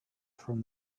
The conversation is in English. from